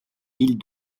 villes